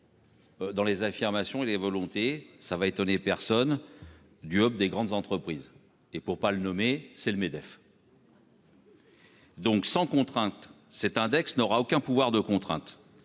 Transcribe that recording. Dans les affirmations et les volontés, ça va étonner personne du hop des grandes entreprises et pour pas le nommer, c'est le MEDEF. Donc sans contrainte cet index n'aura aucun pouvoir de contrainte,